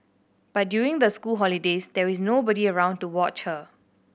but during the school holidays there is nobody around to watch her